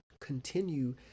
continue